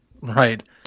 Right